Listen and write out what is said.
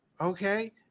Okay